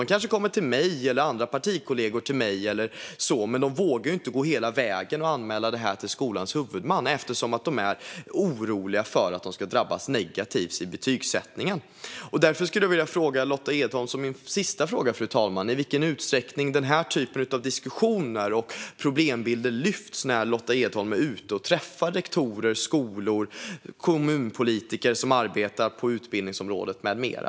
De kanske kommer till mig eller till partikollegor till mig, men de vågar inte gå hela vägen och anmäla det här till skolans huvudman eftersom de är oroliga för att de ska drabbas negativt vid betygsättningen. Fru talman! Därför skulle jag vilja fråga Lotta Edholm som min sista fråga i vilken utsträckning den här typen av diskussioner och problembilder lyfts fram när Lotta Edholm är ute och träffar rektorer, skolpersonal, kommunpolitiker som arbetar på utbildningsområdet med flera.